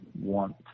want